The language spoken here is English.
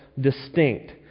distinct